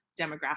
demographic